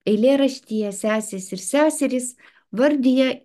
eilėraštyje sesės ir seserys vardija